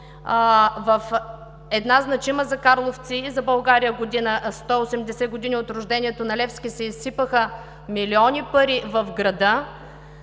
в една значима за карловци и за България година – 180 години от рождението на Левски, се изсипаха милиони пари в града